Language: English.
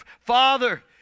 Father